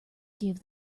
give